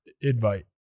invite